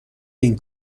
این